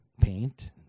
paint